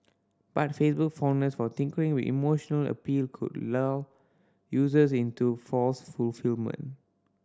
but Facebook's fondness for tinkering with emotional appeal could lull users into false fulfilment